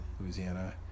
Louisiana